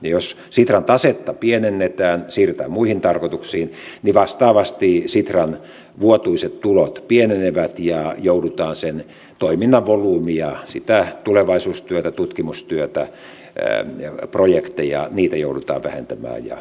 jos sitran tasetta pienennetään siirretään muihin tarkoituksiin niin vastaavasti sitran vuotuiset tulot pienenevät ja joudutaan sen toiminnan volyymia sitä tulevaisuustyötä tutkimustyötä projekteja vähentämään ja supistamaan